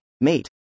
Mate